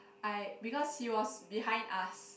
I because he was behind us